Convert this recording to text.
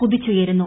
കുതിച്ചുയരുന്നു